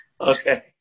Okay